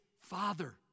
father